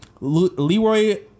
Leroy